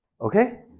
Okay